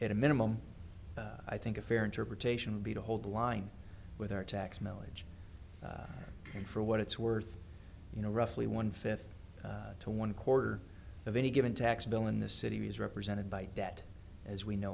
at a minimum i think a fair interpretation would be to hold the line with our tax millage and for what it's worth you know roughly one fifth to one quarter of any given tax bill in the city is represented by debt as we know